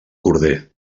corder